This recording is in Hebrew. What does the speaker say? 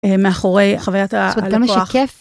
מאחורי חווית הלקוח.